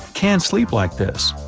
can sleep like this.